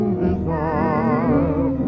desire